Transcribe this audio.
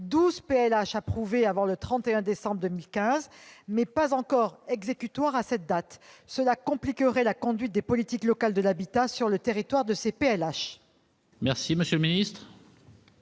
12 PLH approuvés avant le 31 décembre 2015, mais pas encore exécutoires à cette date. Cela compliquerait la conduite des politiques locales de l'habitat sur le territoire de ces PLH.